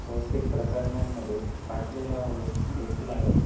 बहुतेक प्रकरणांमध्ये फाटलेला ओठदेखील आढळतो